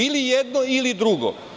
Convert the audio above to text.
Ili jedno ili drugo.